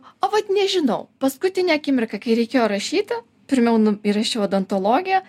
o vat nežinau paskutinę akimirką kai reikėjo rašyti pirmiau nu įrašiau odontologiją